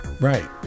Right